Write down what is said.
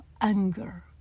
anger